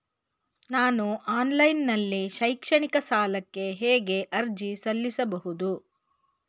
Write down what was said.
ನಾನು ಆನ್ಲೈನ್ ನಲ್ಲಿ ಶೈಕ್ಷಣಿಕ ಸಾಲಕ್ಕೆ ಹೇಗೆ ಅರ್ಜಿ ಸಲ್ಲಿಸಬಹುದು?